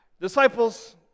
disciples